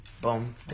boom